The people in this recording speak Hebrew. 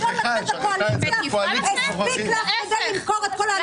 להיות בקואליציה הספיק לך כדי למכור את כל האידיאלים.